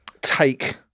take